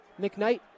McKnight